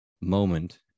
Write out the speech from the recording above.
moment